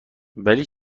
ولی